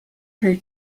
her